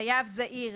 חייב זעיר